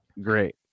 great